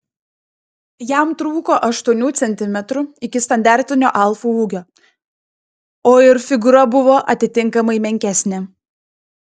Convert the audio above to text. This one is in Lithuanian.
jam trūko aštuonių centimetrų iki standartinio alfų ūgio o ir figūra buvo atitinkamai menkesnė